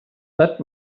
that